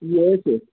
yes yes